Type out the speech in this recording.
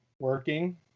working